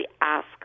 ask